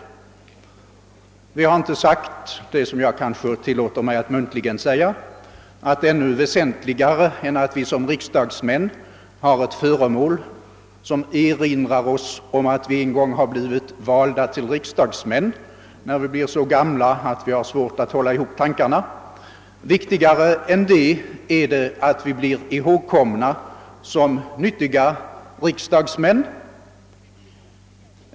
Men utskottet har inte sagt det som jag tillåter mig att muntligt framhålla, nämligen att ännu väsentligare än att vi i vår besittning har ett föremål som erinrar oss om att vi en gång blivit valda till riksdagsmän — vi kanske på gamla dagar har svårt att hålla ihop tankarna är att vi blir ihågkomna som nyttiga riksdagsmän.